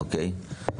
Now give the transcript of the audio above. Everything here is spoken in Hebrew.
אוקיי.